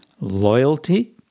loyalty